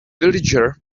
villager